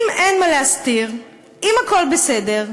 אם אין מה להסתיר, אם הכול בסדר,